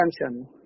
attention